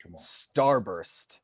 Starburst